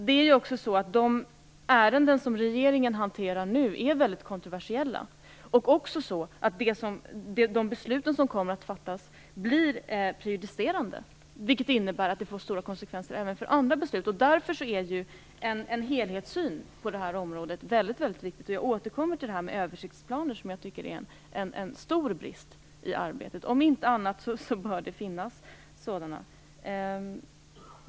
Det är också så att de ärenden som regeringen nu hanterar är mycket kontroversiella. De beslut som kommer att fattas blir prejudicerande, vilket innebär att de får stora konsekvenser även för andra beslut. Därför är en helhetssyn på området väldigt viktig. Jag återkommer till det här med översiktsplaner. Jag tycker att det är en stor brist i arbetet att det inte finns några. Om inte annat så bör det finnas sådana.